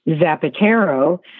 Zapatero